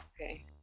okay